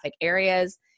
areas